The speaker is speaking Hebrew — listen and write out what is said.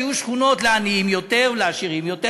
שיהיו שכונות לעניים יותר ולעשירים יותר,